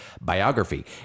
biography